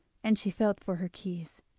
and she felt for her keys.